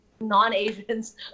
non-Asians